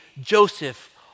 Joseph